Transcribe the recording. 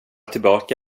tillbaka